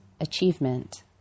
achievement